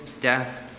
death